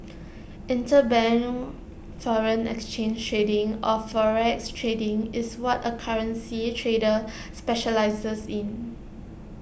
interbank foreign exchange trading or forex trading is what A currency trader specialises in